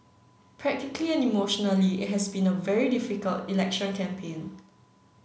practically and emotionally it has been a very difficult election campaign